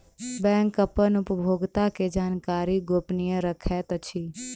bank अपन उपभोगता के जानकारी गोपनीय रखैत अछि